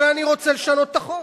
אבל אני רוצה לשנות את החוק.